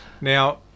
Now